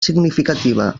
significativa